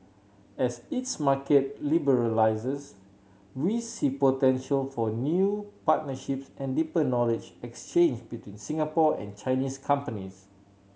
as its market liberalises we see potential for new partnerships and deeper knowledge exchange between Singapore and Chinese companies